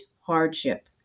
hardship